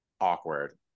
awkward